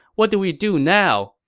what do we do now?